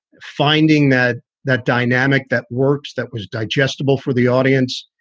finding that that dynamic that works, that was digestible for the audience.